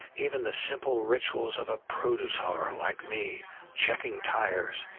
even the simple rituals of a produce hauler like me checking tires,